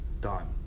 Done